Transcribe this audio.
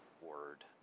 word